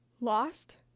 Lost